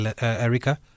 Erika